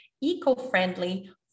eco-friendly